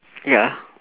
ya